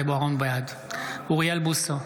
בעד אוריאל בוסו,